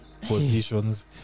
positions